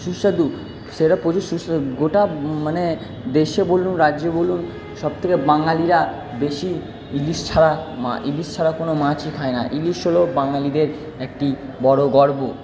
সুস্বাদু সেটা প্রচুর সুস্বাদু গোটা মানে দেশে বলুন রাজ্যে বলুন সব থেকে বাঙালিরা বেশি ইলিশ ছাড়া মাছ ইলিশ ছাড়া কোনো মাছই খায় না ইলিশ হল বাঙালিদের একটি বড়ো গর্ব